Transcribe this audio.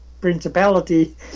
principality